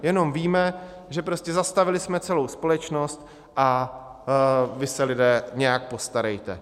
Jenom víme, že prostě zastavili jsme celou společnost a vy se, lidé, nějak postarejte.